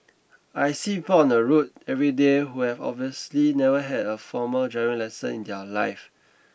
I see people on the road everyday who have obviously never had a formal driving lesson in their life